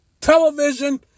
television